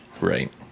Right